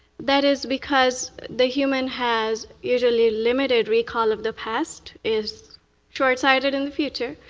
that is because the human has usually limited recall of the past, is far-sighted in the future,